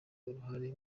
uruhare